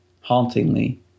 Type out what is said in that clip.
hauntingly